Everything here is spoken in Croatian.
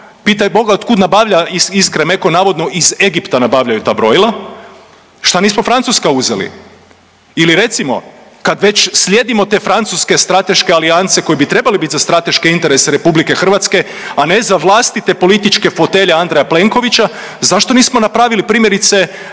Pitaj Boga od kud nabavlja Iskraemeco, navodno iz Egipta nabavljaju ta brojila. Šta nismo francuska uzeli? Ili recimo, kad već slijedimo te francuske strateške alijance koje bi trebale bit za strateške interese RH, a ne za vlastite političke fotelje Andreja Plenkovića, zašto nismo napravili, primjerice,